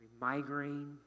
migraine